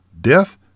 death